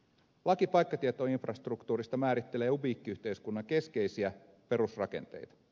laki paikkatietoinfrastruktuurista määrittelee ubiikkiyhteiskunnan keskeisiä perusrakenteita